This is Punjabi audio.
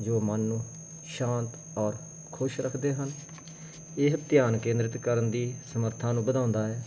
ਜੋ ਮਨ ਨੂੰ ਸ਼ਾਂਤ ਔਰ ਖੁਸ਼ ਰੱਖਦੇ ਹਨ ਇਹ ਧਿਆਨ ਕੇਂਦਰਿਤ ਕਰਨ ਦੀ ਸਮਰੱਥਾ ਨੂੰ ਵਧਾਉਂਦਾ ਹੈ